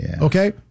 Okay